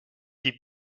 die